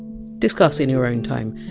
discuss in your own time.